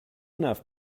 enough